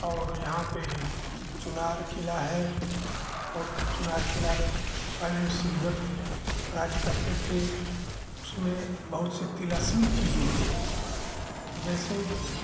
और यहाँ पर चुनार किला है और चुनार किला में तो शिवदत्त राज करते थे उसमें बहुत सी तिलस्मी चीजें थी जैसे